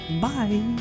Bye